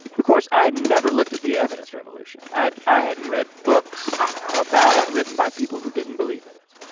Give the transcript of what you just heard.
of course, i had never looked at the evidence revolution. i i had read books about it written by people who didn't believe in it.